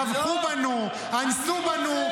אני רוצה שיהיו --- טבחו בנו, אנסו בנו.